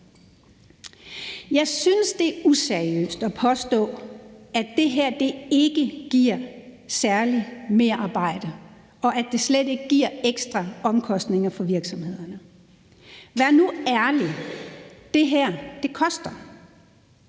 Jeg synes, det er useriøst at påstå, at det her ikke giver særligt merarbejde, og at det slet ikke giver ekstra omkostninger for virksomheden tak. Vær nu ærlig: Det her koster,